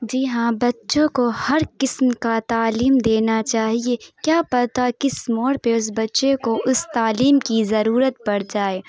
جی ہاں بچّوں کو ہر قسم کا تعلیم دینا چاہیے کیا پتہ کس موڑ پہ اس بچّے کو اس تعلیم کی ضرورت پڑ جائے